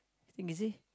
think easy